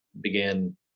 began